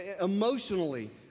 emotionally